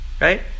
right